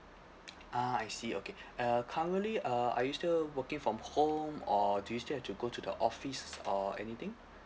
ah I see okay uh currently uh are you still working from home or do you still have to go to the office or anything